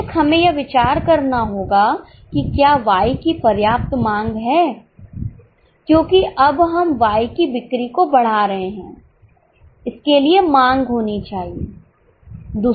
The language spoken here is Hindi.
बेशक हमें यह विचार करना होगा कि क्या Y की पर्याप्त मांग है क्योंकि अब हम Y की बिक्री को बढ़ा रहे हैं इसके लिए मांग होनी चाहिए